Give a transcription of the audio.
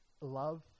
love